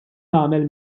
tagħmel